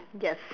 yes